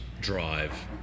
drive